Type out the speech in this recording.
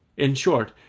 in short,